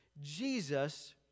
Jesus